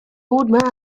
old